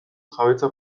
jabetza